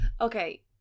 Okay